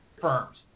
firms